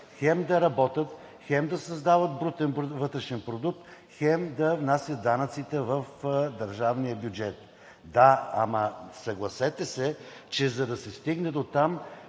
хем да работят, хем да създават брутен вътрешен продукт, хем да внасят данъците в държавния бюджет. Да, ама съгласете се, че за да се стигне дотам,